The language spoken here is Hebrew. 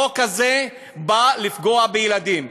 החוק הזה בא לפגוע בילדים,